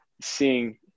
seeing